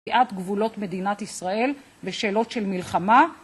שיאת גבולות מדינת ישראל בשאלות של מלחמה